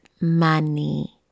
money